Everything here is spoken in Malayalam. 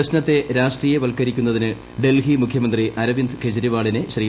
പ്രശ്നത്തെ രാഷ്ട്രീയവൽക്കരിക്കുന്നതിന് ഡൽഹി മുഖ്യമന്ത്രി അരവിന്ദ് കെജ്രിവാളിനെ ശ്രീ